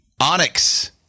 Onyx